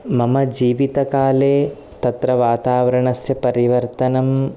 मम जीवितकाले तत्र वातावरणस्य परिवर्तनं